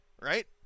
right